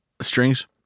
Strings